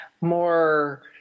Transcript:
more